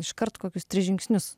iškart kokius tris žingsnius